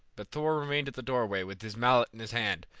but thor remained at the doorway with his mallet in his hand,